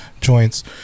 joints